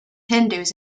hindus